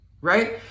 right